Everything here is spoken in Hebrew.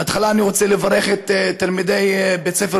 בהתחלה אני רוצה לברך את תלמידי בית ספר